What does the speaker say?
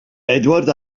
edward